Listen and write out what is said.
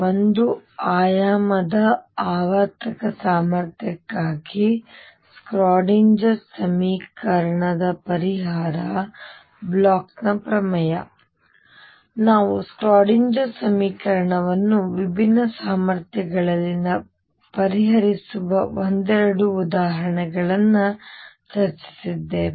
ಒಂದು ಆಯಾಮದ ಆವರ್ತಕ ಸಾಮರ್ಥ್ಯಕ್ಕಾಗಿ ಶ್ರೋಡಿಂಗರ್ ಸಮೀಕರಣದ ಪರಿಹಾರ ಬ್ಲೋಚ್ ಪ್ರಮೇಯ ಆದ್ದರಿಂದ ನಾವು ಶ್ರೋಡಿಂಗರ್ ಸಮೀಕರಣವನ್ನು ವಿಭಿನ್ನ ಸಾಮರ್ಥ್ಯಗಳಲ್ಲಿ ಪರಿಹರಿಸುವ ಒಂದೆರಡು ಉದಾಹರಣೆಗಳನ್ನು ಚರ್ಚಿಸಿದ್ದೇವೆ